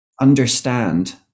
understand